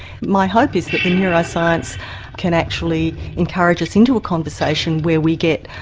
my hope is that the neuroscience can actually encourage us into a conversation where we get,